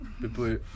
People